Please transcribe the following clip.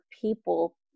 people